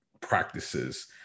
practices